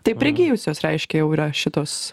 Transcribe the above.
tai prigijusios reiškia jau yra šitos